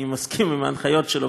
אני מסכים עם ההנחיות שלו,